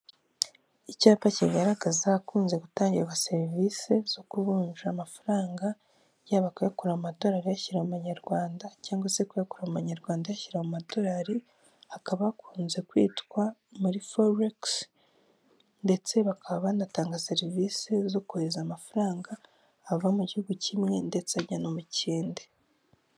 Icyapa kigaragaza ahakunze gutangirwa serivisi zo kuvunja amafaranga, yaba kuyakura amadolari ashyira amanyarwanda, cyangwa se kuyakura abanyarwanda ashyira mu madorari hakaba akunze hakunze kwitwa mari foresi ndetse bakaba banatanga serivisi zo kohereza amafaranga ava mu gihugu kimwe ndetse ajyana mu kindi.